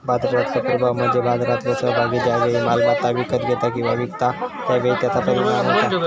बाजारातलो प्रभाव म्हणजे बाजारातलो सहभागी ज्या वेळी मालमत्ता विकत घेता किंवा विकता त्या वेळी त्याचा परिणाम होता